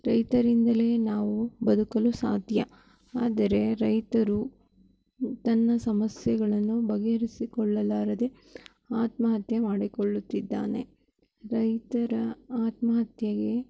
ರೈತರಿಂದಲೇ ನಾವು ಬದುಕಲು ಸಾಧ್ಯ ಆದರೆ ರೈತರು ತನ್ನ ಸಮಸ್ಯೆಗಳನ್ನು ಬಗೆಹರಿಸಿಕೊಳ್ಳಲಾರದೆ ಆತ್ಮಹತ್ಯೆ ಮಾಡಿಕೊಳ್ಳುತ್ತಿದ್ದಾನೆ ರೈತರ ಆತ್ಮಹತ್ಯೆಗೆ